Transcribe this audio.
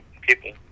people